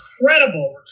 incredible